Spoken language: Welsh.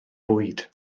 bwyd